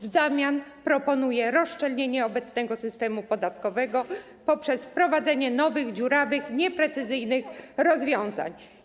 W zamian proponuje rozszczelnienie obecnego systemu podatkowego poprzez wprowadzenie nowych dziurawych, nieprecyzyjnych rozwiązań.